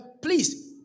please